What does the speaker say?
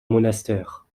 monastère